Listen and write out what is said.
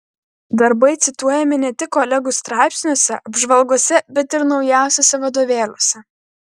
darbai cituojami ne tik kolegų straipsniuose apžvalgose bet ir naujausiuose vadovėliuose